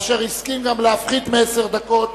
אשר הסכים להפחית מעשר דקות